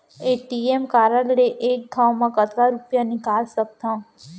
ATM card ले एक घव म कतका रुपिया निकाल सकथव?